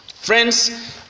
Friends